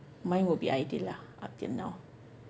mine would be Aidil lah up till now